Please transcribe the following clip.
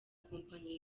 kompanyi